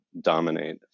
dominate